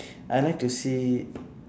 I like to see